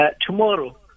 Tomorrow